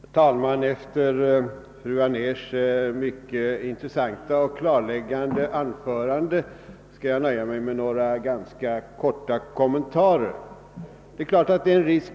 Herr talman! Efter fru Anérs mycket intressanta och klarläggande anförande skall jag nöja mig med några ganska korta kommentarer.